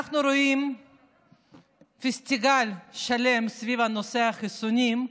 אנחנו רואים פסטיבל שלם סביב נושא החיסונים,